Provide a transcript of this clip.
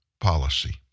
policy